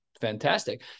Fantastic